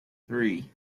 three